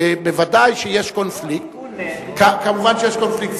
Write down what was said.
ודאי שיש קונפליקט, מובן שיש קונפליקט.